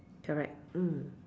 correct mm